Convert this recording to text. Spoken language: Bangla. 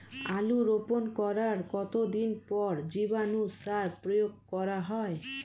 আলু রোপণ করার কতদিন পর জীবাণু সার প্রয়োগ করা হয়?